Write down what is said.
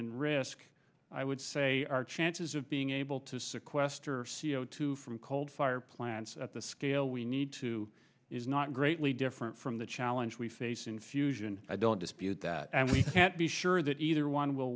and risk i would say our chances of being able to sequester c o two from coldfire plants at the scale we need to is not greatly different from the challenge we face in fusion i don't dispute that and we can't be sure that either one will